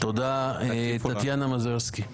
תודה, טטיאנה מזרסקי.